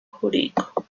jurídico